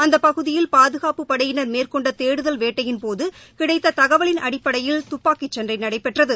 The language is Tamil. அந்தப்பகுதியில் பாதுகாப்பு படையினர் மேற்கொண்ட தேடுதல் வேட்டையின்போது கிடைத்த தகவலின் அடிப்படையில் துப்பாக்கி சண்டை நடைபெற்றது